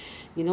走走 lor